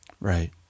Right